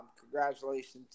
Congratulations